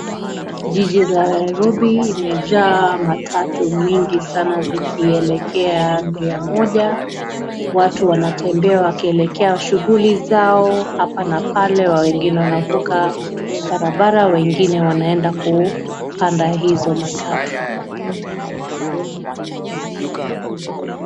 Jiji la Nairobi limejaa matatu mingi sana zikielekea njia moja. Watu wanatembea wakielekea shughuli zao hapa na pale na wengine wanavuka barabara, wengine wanaenda kupanda hizo matatu.